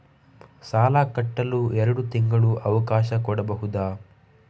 ಸಾಲ ಕಟ್ಟಲು ಎರಡು ತಿಂಗಳ ಅವಕಾಶ ಕೊಡಬಹುದಾ?